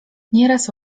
nieraz